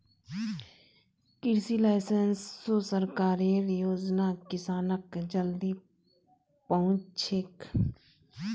कृषि लाइसेंस स सरकारेर योजना किसानक जल्दी पहुंचछेक